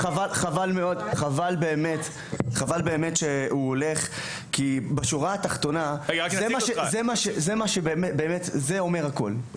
חבל מאוד שהוא הולך כי בשורה התחתונה זה אומר הכול.